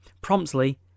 promptly